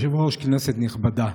כבוד היושב-ראש, כנסת נכבדה,